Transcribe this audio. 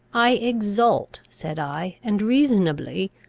i exult, said i, and reasonably,